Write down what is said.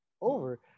over